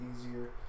easier